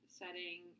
setting